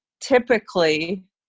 typically